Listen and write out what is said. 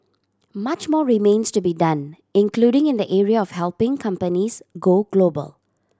much more remains to be done including in the area of helping companies go global